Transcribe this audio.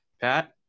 Pat